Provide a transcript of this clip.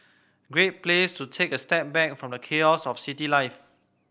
great place to take a step back from the chaos of city life